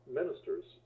ministers